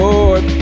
Lord